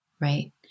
right